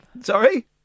Sorry